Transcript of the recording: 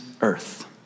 earth